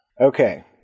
Okay